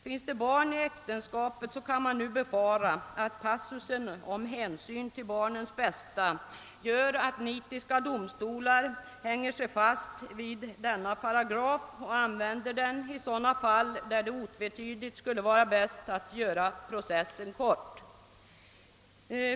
Finns det barn i äktenskapet kan man nu befara att passusen om hänsyn till barnens bästa gör att nitiska domstolar hänger sig fast vid den och använder denna paragraf i sådana fall då det otvivelaktigt skulle vara bäst att göra processen kort.